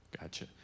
Gotcha